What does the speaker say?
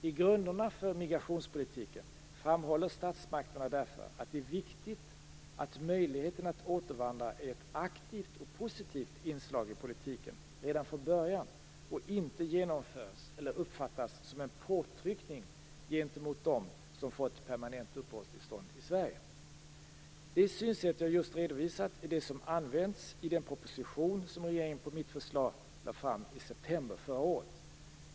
I grunderna för migrationspolitiken framhåller statsmakterna därför att det är viktigt att möjligheten att återvandra är ett aktivt och positivt inslag i politiken redan från början och inte genomförs eller uppfattas som en påtryckning gentemot dem som fått permanent uppehållstillstånd i Sverige. Det synsätt jag just redovisat är det som används i den proposition som regeringen på mitt förslag lade fram i september förra året.